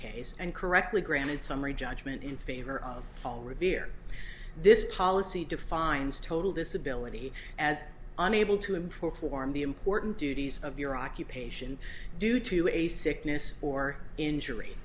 case and correctly granted summary judgment in favor of paul revere this policy defines total disability as unable to him perform the important duties of your occupation due to a sickness or injury